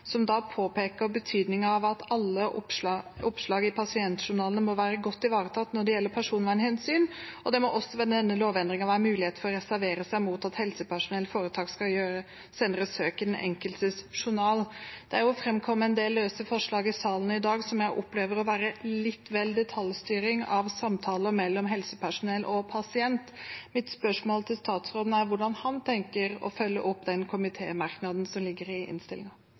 som da påpeker betydningen av at alle oppslag i pasientjournalene må være godt ivaretatt når det gjelder personvernhensyn. Det må også ved denne lovendring være mulighet for å reservere seg mot at helsepersonell/-foretak skal gjøre senere søk i den enkeltes journal.» Det har framkommet en del løse forslag i salen i dag som jeg opplever å være litt mye detaljstyring av samtale mellom helsepersonell og pasient. Mitt spørsmål til statsråden er hvordan han tenker å følge opp denne komitémerknaden i innstillingen. Dette er jo bl.a. tydelig i